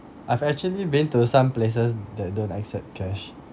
I've actually been to some places that don't accept cash